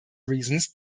reasons